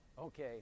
Okay